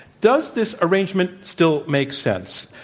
does this arrangement still make sense?